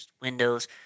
windows